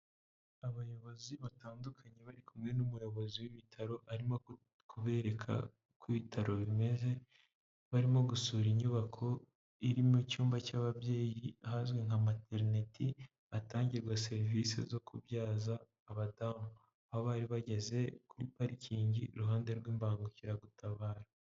Abayobozi batandukanye bari kumwe n'umuyobozi w'ibitaro arimo kubereka uko ibitaro bimeze barimo gusura inyubako iririmo icyumba cy'ababyeyi ahazwi nka materineti hatangirwa serivisi zo kubyaza abadamu, aho bari bageze kuri parikingi iruhande rw'imbangukiragutabara.